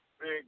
big